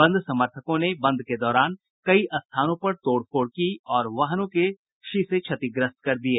बंद समर्थकों ने बंद के दौरान कई स्थानों पर तोड़फोड़ की और वाहनों की शीशे क्षतिग्रस्त कर दिये